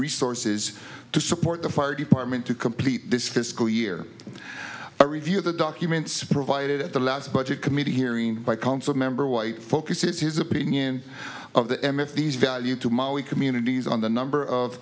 resources to support the fire department to complete this fiscal year a review of the documents provided at the last budget committee hearing by council member white focuses his opinion of the m f these value to mali communities on the number of